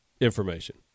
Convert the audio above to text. information